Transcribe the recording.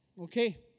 Okay